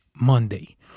Monday